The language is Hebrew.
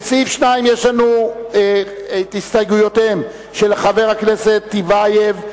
לסעיף 2 יש לנו הסתייגויות של חברי הכנסת טיבייב,